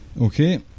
Okay